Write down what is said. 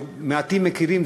שמעטים מכירים,